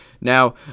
Now